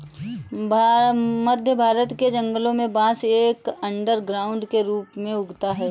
मध्य भारत के जंगलों में बांस एक अंडरग्राउंड के रूप में उगता है